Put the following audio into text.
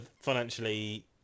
financially